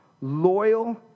loyal